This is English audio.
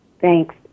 thanks